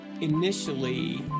Initially